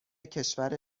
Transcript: کشور